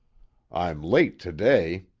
i'm late to-day,